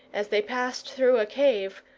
as they passed through a cave,